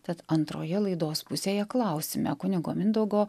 tad antroje laidos pusėje klausime kunigo mindaugo